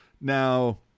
Now